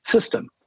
System